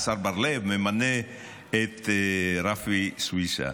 השר בר לב ממנה את רפי סויסה?